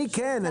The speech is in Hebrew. אני כן.